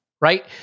right